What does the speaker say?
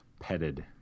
Petted